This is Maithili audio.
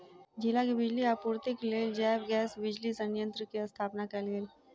जिला के बिजली आपूर्तिक लेल जैव गैस बिजली संयंत्र के स्थापना कयल गेल